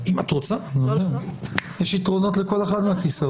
ולכן כל הגבלה בתקנות קורונה על עולם התרבות